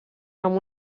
amb